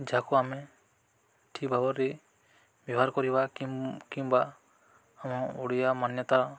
ଯାହାକୁ ଆମେ ଠିକ୍ ଭାବରେ ବ୍ୟବହାର କରିବା କିମ୍ବା ଆମ ଓଡ଼ିଆ ମାନ୍ୟତା